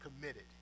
committed